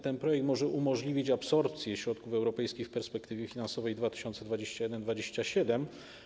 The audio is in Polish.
Ten projekt może umożliwić absorpcję środków europejskich w perspektywie finansowej 2021-2027.